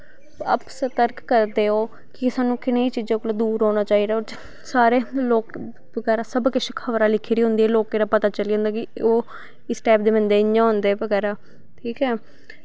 आपू सतर्क करदे ओह् कि स्हानू कनेही चीजें कोला दूर रौह्ना चाही दा सारे लोक बगैरा सब किश खबरां लिखी दियां होंदियां लोकें दा पता चली जंदा कि ओह् इस टाइप दे बंदे इयां होंदे बगैरा ठीक ऐ